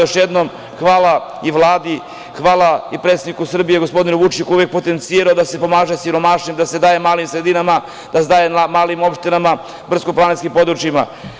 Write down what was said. Još jednom hvala i Vladi i predsedniku Srbije gospodinu Vučiću, koji je potencirao da se pomaže siromašnima, da se daje malim sredinama, da se daje malim opštinama u brdsko-planinskim područjima.